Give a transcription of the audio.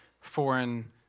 foreign